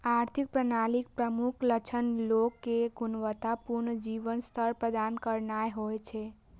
आर्थिक प्रणालीक प्रमुख लक्ष्य लोग कें गुणवत्ता पूर्ण जीवन स्तर प्रदान करनाय होइ छै